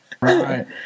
right